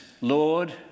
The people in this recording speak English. Lord